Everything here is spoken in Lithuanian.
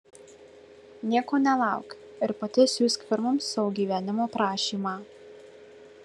nieko nelauk ir pati siųsk firmoms savo gyvenimo aprašymą